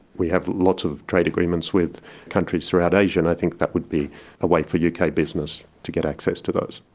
we have lots of trade agreements with countries throughout asia and i think that would be a way for yeah uk business to get access to those.